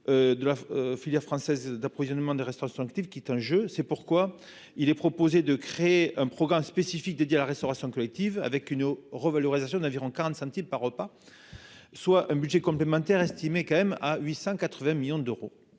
de la filière française d'approvisionnement des restaurations active qui est en jeu, c'est pourquoi il est proposé de créer un programme spécifique dédié à la restauration collective avec une eau revalorisation navire en 40 centimes par repas, soit un budget complémentaire estimé quand même à 880 millions d'euros,